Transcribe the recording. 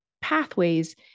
pathways